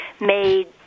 made